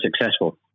successful